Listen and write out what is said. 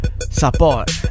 Support